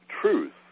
truth